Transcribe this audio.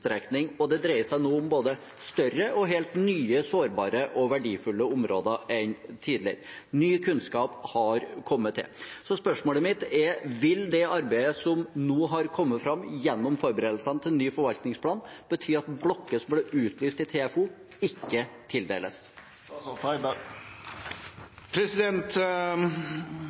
Og det dreier seg nå om både større og helt nye sårbare og verdifulle områder. Ny kunnskap har kommet til. Så spørsmålet mitt er: Vil det arbeidet som nå har kommet fram gjennom forberedelsene til ny forvaltningsplan, bety at blokker som ble utlyst i TFO, ikke tildeles?